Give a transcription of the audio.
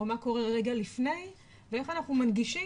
או מה קורה רגע לפני ואיך אנחנו מנגישים